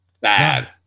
bad